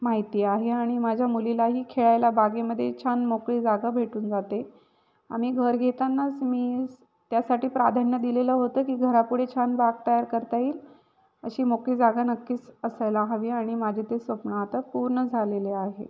माहिती आहे आणि माझ्या मुलीलाही खेळायला बागेमध्ये छान मोकळी जागा भेटून जाते आम्ही घर घेतानाच मी त्यासाठी प्राधान्य दिलेलं होतं की घरापुढे छान बाग तयार करता येईल अशी मोकळी जागा नक्कीच असायला हवी आणि माझे ते स्वप्न आता पूर्ण झालेले आहे